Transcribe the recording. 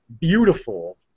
beautiful